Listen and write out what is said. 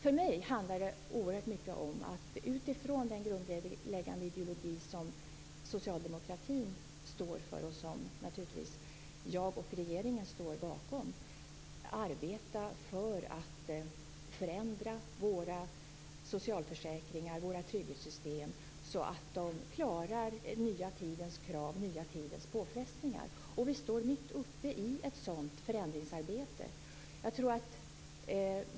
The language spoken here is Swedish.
För mig handlar det om att, utifrån den grundläggande ideologi som socialdemokratin står för och som jag och regeringen står bakom, arbeta för att förändra våra socialförsäkringar och våra trygghetssystem så, att de klarar den nya tidens krav och påfrestningar. Vi står mitt uppe i ett sådant förändringsarbete.